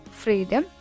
freedom